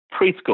Preschool